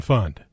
Fund